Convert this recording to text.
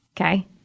okay